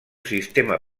sistema